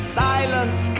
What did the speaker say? silence